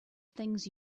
things